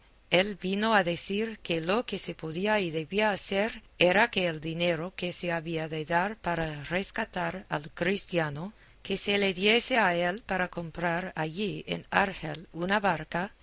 él vino a decir que lo que se podía y debía hacer era que el dinero que se había de dar para rescatar al cristiano que se le diese a él para comprar allí en argel una barca